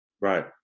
Right